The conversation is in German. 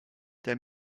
der